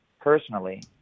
personally